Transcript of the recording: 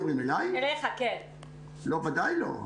לא, ודאי לא.